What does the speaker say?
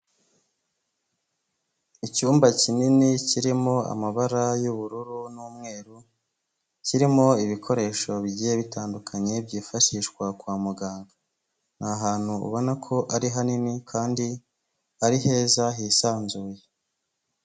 Icyumba kinini kirimo amabara y'ubururu n'umweru, kirimo ibikoresho bigiye bitandukanye byifashishwa kwa muganga, ni ahantu ubona ko ari hanini kandi ari heza hisanzuye.